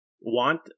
want